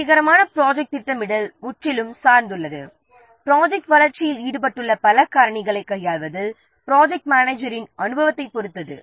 வெற்றிகரமான ப்ராஜெக்ட் திட்டமிடல் முற்றிலும் சார்ந்துள்ளது ப்ராஜெக்ட் வளர்ச்சியில் ஈடுபட்டுள்ள பல காரணிகளைக் கையாள்வதில் ப்ராஜெக்ட் மேனேஜரின் அனுபவத்தைப் பொறுத்தது